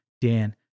Dan